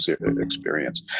experience